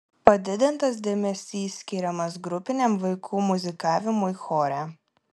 padidintas dėmesys skiriamas grupiniam vaikų muzikavimui chore